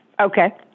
Okay